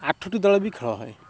ଆଠଟି ଦଳ ବି ଖେଳ ହଏ